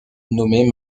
nommée